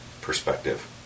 perspective